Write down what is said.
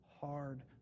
hard